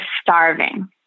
starving